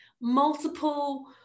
multiple